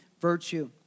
virtue